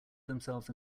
themselves